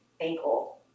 ankle